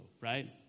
right